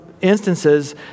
instances